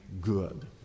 good